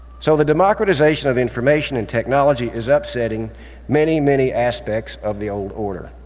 so the democratization of information and technology is upsetting many, many aspects of the old order.